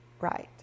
Right